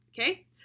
Okay